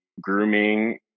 grooming